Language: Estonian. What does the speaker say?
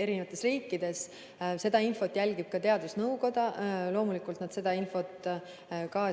erinevates riikides. Seda infot jälgib ka teadusnõukoda. Loomulikult, nad seda infot ka